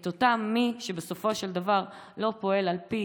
את אותם מי שבסופו של דבר לא פועלים על פי